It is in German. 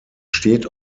steht